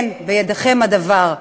כן, בידיכם הדבר.